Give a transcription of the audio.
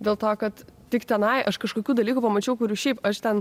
dėl to kad tik tenai aš kažkokių dalykų mačiau kurių šiaip aš ten